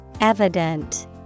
Evident